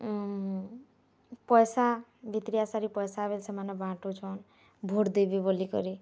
ପଇସା ସେମାନେ ବାଣ୍ଟୁଛନ୍ ଭୋଟ୍ ଦେବି ବୋଲିକରି